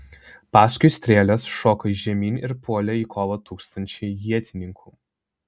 paskui strėles šoko žemyn ir puolė į kovą tūkstančiai ietininkų